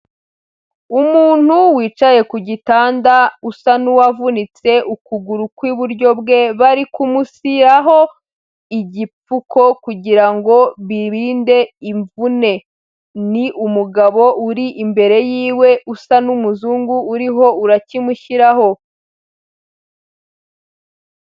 Umuntu wicaye ku gitanda usa n'uwavunitse ukuguru kw'iburyo bwe, bari kumushyiraho igipfuko kugira ngo birinde, imvune ni umugabo uri imbere yiwe usa n'umuzungu, uriho urakimushyiraho.